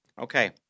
Okay